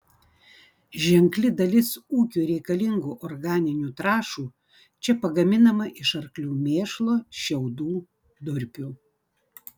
ženkli dalis ūkiui reikalingų organinių trąšų čia pagaminama iš arklių mėšlo šiaudų durpių